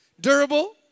Durable